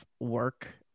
work